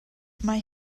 mae